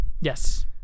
Yes